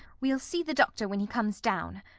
we'll see the doctor when he comes down.